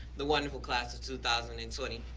the wonderful class of two thousand and twenty,